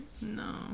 No